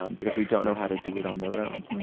um because we don't know how to do it on their own.